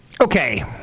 Okay